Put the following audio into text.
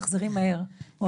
תחזרי מהר.